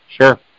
sure